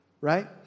right